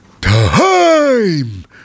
time